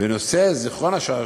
ונושא זיכרון השואה,